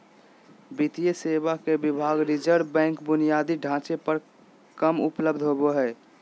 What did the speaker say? वित्तीय सेवा के विभाग रिज़र्व बैंक बुनियादी ढांचे पर कम उपलब्ध होबो हइ